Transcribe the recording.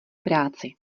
práci